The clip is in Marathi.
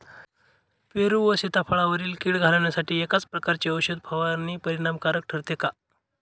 पेरू व सीताफळावरील कीड घालवण्यासाठी एकाच प्रकारची औषध फवारणी परिणामकारक ठरते का?